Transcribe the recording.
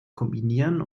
kombinieren